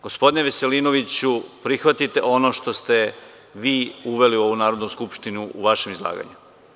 Gospodine Veselinoviću, prihvatite ono što ste vi uveli u ovu Narodnu skupštinu u vašem izlaganju.